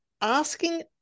asking